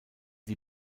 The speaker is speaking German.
die